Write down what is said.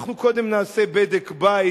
אנחנו קודם נעשה בדק-בית.